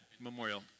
Memorial